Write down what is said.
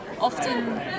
often